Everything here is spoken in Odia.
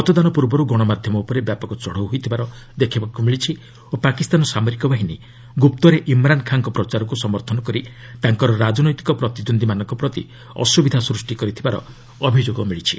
ମତଦାନ ପୂର୍ବରୁ ଗଣମାଧ୍ୟମ ଉପରେ ବ୍ୟାପକ ଚଢ଼ଉ ହୋଇଥିବାର ଦେଖିବାକୁ ମିଳିଛି ଓ ପାକିସ୍ତାନ ସାମରିକ ବାହିନୀ ଗୁପ୍ତରେ ଇମ୍ରାନ୍ ଖାଁଙ୍କ ପ୍ରଚାରକୁ ସମର୍ଥନ କରି ତାଙ୍କର ରାଜନୈତିକ ପ୍ରତିଦ୍ୱନ୍ଦ୍ୱୀମାନଙ୍କ ପ୍ରତି ଅସୁବିଧା ସୃଷ୍ଟି କରିଥିବାର ଅଭିଯୋଗ ମିଳିଛି